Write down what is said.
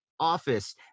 office